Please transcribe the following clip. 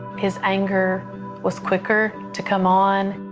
his anger was quicker to come on.